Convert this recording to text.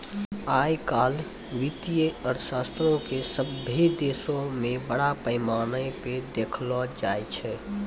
आइ काल्हि वित्तीय अर्थशास्त्रो के सभ्भे देशो मे बड़ा पैमाना पे देखलो जाय छै